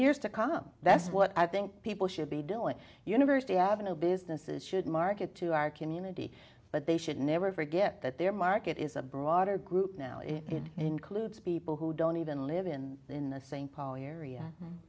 years to come that's what i think people should be doing university avenue businesses should market to our community but they should never forget that their market is a broader group now it includes people who don't even live in in the sa